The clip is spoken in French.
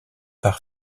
par